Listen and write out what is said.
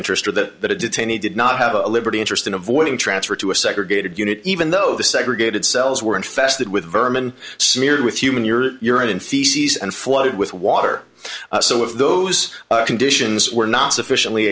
interest or that detainees did not have a liberty interest in avoiding transfer to a segregated unit even though the segregated cells were infested with vermin smeared with human your urine and feces and flooded with water so if those conditions were not sufficiently